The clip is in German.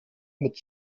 mit